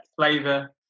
flavor